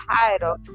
title